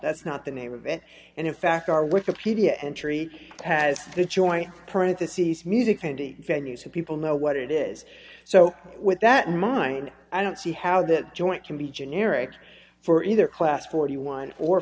that's not the name of it and in fact are with a pedia entry has the joint parentheses music candy venues who people know what it is so with that in mind i don't see how that joint can be generic for either class forty one